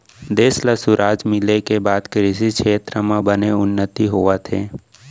देस ल सुराज मिले के बाद कृसि छेत्र म बने उन्नति होवत हे